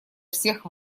всех